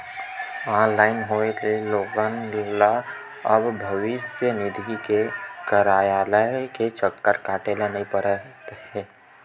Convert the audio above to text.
online होए ले लोगन ल अब भविस्य निधि के कारयालय के चक्कर काटे ल नइ परत हे